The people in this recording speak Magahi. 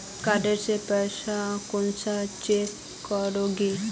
कार्ड से पैसा कुंसम चेक करोगी?